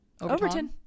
overton